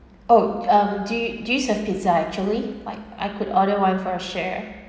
oh um do do you serve pizza actually like I could order one for a share